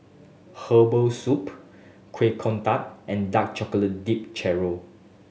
herbal soup Kuih Kodok and dark chocolate dipped churro